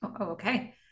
Okay